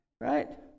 Right